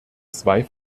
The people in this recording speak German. zwei